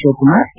Shivakumar K